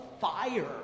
fire